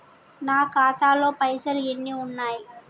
నా ఖాతాలో పైసలు ఎన్ని ఉన్నాయి?